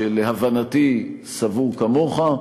שלהבנתי סבור כמוך,